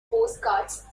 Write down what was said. postcards